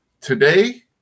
Today